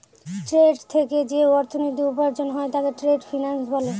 trade থেকে যে অর্থনীতি উপার্জন হয় তাকে ট্রেড ফিন্যান্স বলে